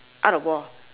out of war